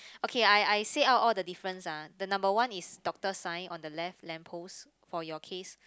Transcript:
okay I I say out all the difference ah the number one is doctor sign on the left lamp post for your case